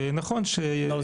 ונכון --- לא,